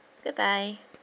good bye